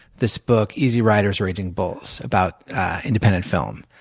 this book, easy rider's raging bulls about independent film.